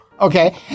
okay